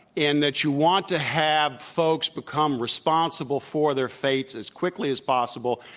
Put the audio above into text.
in that you want to have folks become responsible for their faiths as quickly as possible.